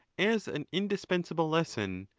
as an indispensable lesson,